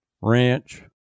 Ranch